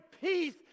peace